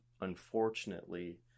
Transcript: unfortunately